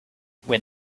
when